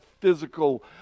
physical